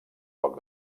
poc